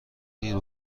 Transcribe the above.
دیر